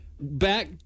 Back